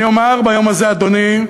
אומר ביום הזה, אדוני,